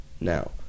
Now